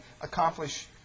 accomplish